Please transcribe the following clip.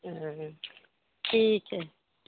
ٹھیک ہے